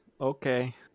Okay